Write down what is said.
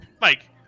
Mike